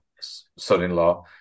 son-in-law